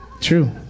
True